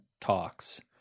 talks